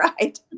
right